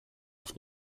auf